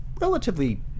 relatively